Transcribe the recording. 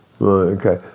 Okay